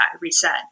reset